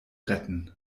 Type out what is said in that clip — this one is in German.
retten